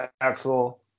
Axel